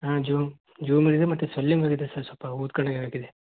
ಹಾಂ ಜುಮ್ ಜುಮಲ್ಲಿದೆ ಮತ್ತೆ ಸ್ವೆಲ್ಲಿಂಗ್ ಆಗಿದೆ ಸರ್ ಸ್ವಲ್ಪ ಊದ್ಕೊಂಡಂಗೆ ಆಗಿದೆ